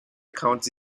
county